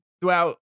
throughout